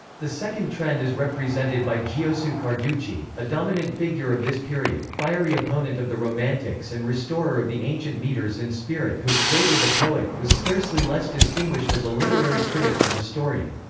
the second trend is represented by giosue carducci, a dominant figure of this period, fiery opponent of the romantics and restorer of the ancient metres and spirit who, great as a poet, was scarcely less distinguished as a literary critic and historian.